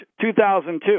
2002